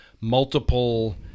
Multiple